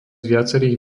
viacerých